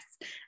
yes